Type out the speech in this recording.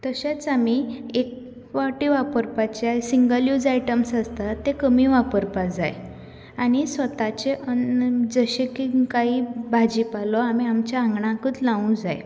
तशेंच आमी एक फावटीं वापरपाचे सिंगल यूज आयटम आसतात ते कमी वापरपाक जाय आनी स्वताचें अन्न जशें की कांय भाजीपालो आमच्या आंगणांतकूच लावूं जाय